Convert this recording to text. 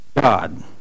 God